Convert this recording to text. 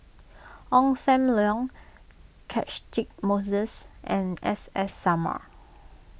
Ong Sam Leong Catchick Moses and S S Sarma